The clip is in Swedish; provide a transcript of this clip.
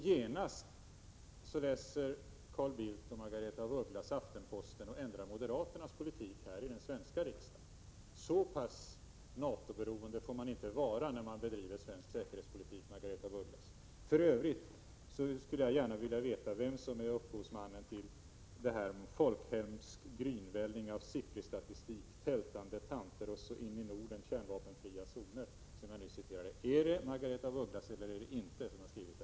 Genast läser då Carl Bildt och Margaretha af Ugglas Aftenposten och ändrar moderaternas politik här i den svenska riksdagen. Så NATO beroende får man inte vara när man bedriver svensk säkerhetspolitik, Margaretha af Ugglas. För övrigt skulle jag gärna vilja veta vem som är upphovsmannen till det här med folkhemsk grynvälling av SIPRI-statistik, tältande tanter och så in i Norden kärnvapenfria zoner, som jag citerade i mitt förra inlägg. Är det eller är det inte Margaretha af Ugglas som har skrivit detta?